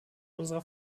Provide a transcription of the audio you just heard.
unserer